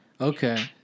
Okay